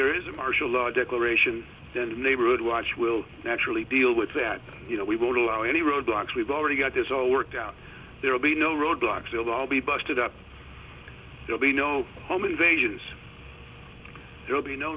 there is a martial law declaration the neighborhood watch will actually deal with that you know we won't allow any roadblocks we've already got this all worked out there will be no roadblocks will all be busted up they'll be no home invasions there'll be no